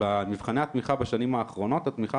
במבחני התמיכה בשנים האחרונות התמיכה